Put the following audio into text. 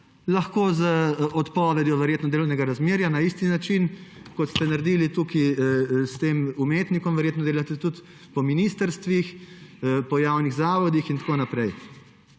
lahko z odpovedjo delovnega razmerja na enak način. Kot ste naredili s tem umetnikom, verjetno delate tudi po ministrstvih, javnih zavodih in tako naprej.